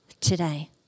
today